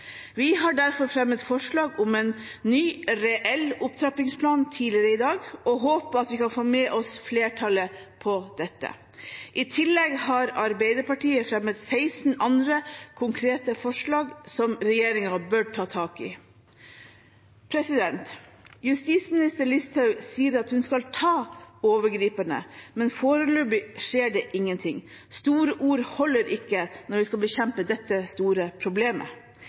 Vi har derfor fremmet forslag om en ny, reell, opptrappingsplan tidligere i dag og håper at vi kan få med oss flertallet på det. I tillegg har Arbeiderpartiet fremmet 16 andre konkrete forslag som regjeringen bør ta tak i. Justisminister Listhaug sier at hun skal ta overgriperne, men foreløpig skjer det ingenting. Store ord holder ikke når vi skal bekjempe dette store problemet.